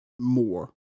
more